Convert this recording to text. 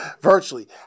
virtually